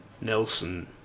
Nelson